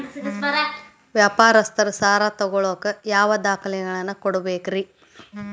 ವ್ಯಾಪಾರಸ್ಥರು ಸಾಲ ತಗೋಳಾಕ್ ಯಾವ ದಾಖಲೆಗಳನ್ನ ಕೊಡಬೇಕ್ರಿ?